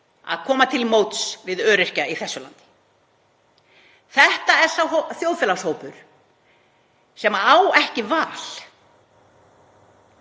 að koma til móts við öryrkja í þessu landi. Þetta er sá þjóðfélagshópur sem á ekki val.